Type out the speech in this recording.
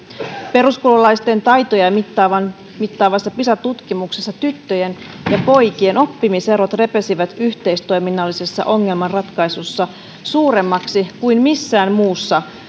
peruskoululaisten taitoja mittaavassa mittaavassa pisa tutkimuksessa tyttöjen ja poikien oppimiserot repesivät yhteistoiminnallisessa ongelmanratkaisussa suuremmiksi kuin missään muussa